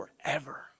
forever